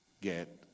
get